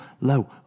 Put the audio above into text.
low